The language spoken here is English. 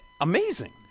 Amazing